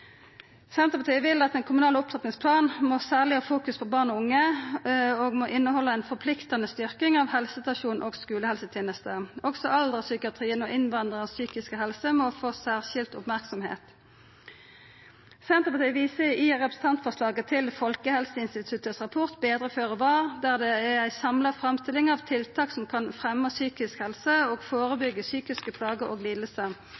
Senterpartiet vil at ein kommunal opptrappingsplan særleg må fokusere på barn og unge og innehalda ei forpliktande styrking av helsestasjon og skulehelseteneste. Også alderspsykiatrien og den psykiske helsa til innvandrarar må få særskild merksemd. Senterpartiet viser i representantforslaget til rapporten «Bedre føre var» frå Folkehelseinstituttet, der det er ei samla framstilling av tiltak som kan fremma psykisk helse og førebyggja psykiske plagar og